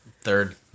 Third